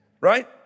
Right